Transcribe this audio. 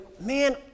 man